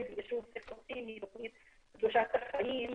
ביישוב סכסוכים היא תוכנית קדושת החיים.